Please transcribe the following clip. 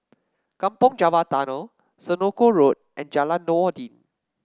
Kampong Java Tunnel Senoko Road and Jalan Noordin